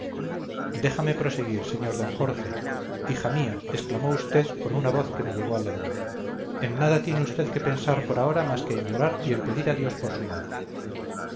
déjame proseguir señor don jorge hija mía exclamó usted con una voz que me llegó al alma en nada tiene usted que pensar por ahora más que en llorar y en pedir a dios por su madre